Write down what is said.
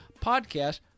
podcast